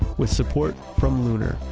with support from lunar,